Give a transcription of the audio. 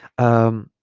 um